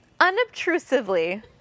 unobtrusively